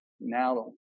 now